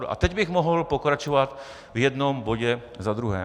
A teď bych mohl pokračovat v jednom bodě za druhém.